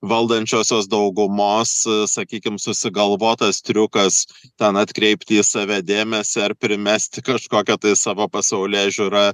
valdančiosios daugumos sakykim susigalvotas triukas ten atkreipti į save dėmesį ar primesti kažkokią tai savo pasaulėžiūrą